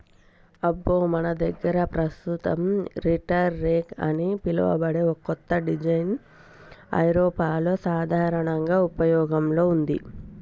అబ్బో మన దగ్గర పస్తుతం రీటర్ రెక్ అని పిలువబడే ఓ కత్త డిజైన్ ఐరోపాలో సాధారనంగా ఉపయోగంలో ఉంది